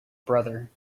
brother